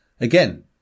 again